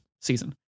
season